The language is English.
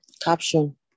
Caption